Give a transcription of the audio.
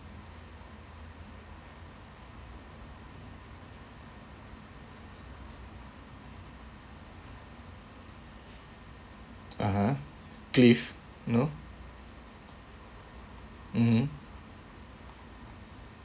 (uh huh) cliff no mmhmm